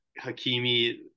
Hakimi